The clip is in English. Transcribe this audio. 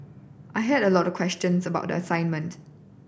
I had a lot of questions about the assignment